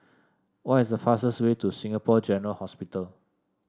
what is the fastest way to Singapore General Hospital